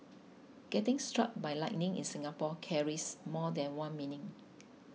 getting struck by lightning in Singapore carries more than one meaning